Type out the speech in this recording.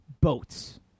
boats